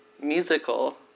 musical